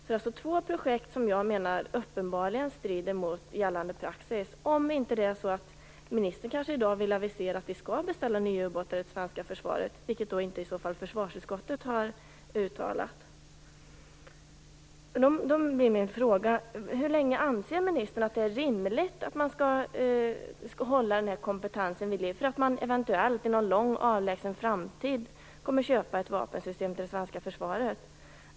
Detta är två projekt som enligt min mening uppenbart strider mot gällande praxis, om ministern inte i dag vill avisera att vi skall beställa nya ubåtar till det svenska försvaret, vilket försvarsutskottet inte har sagt något om. Då blir min fråga: Hur länge anser ministern att det är rimligt att man håller den här kompetensen vid liv för att i en avlägsen framtid eventuellt köpa ett vapensystem till det svenska försvaret?